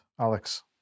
Alex